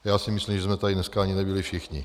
Já si myslím, že jsme tady dneska ani nebyli všichni.